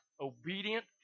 obedient